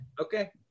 okay